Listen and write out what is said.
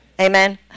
Amen